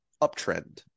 uptrend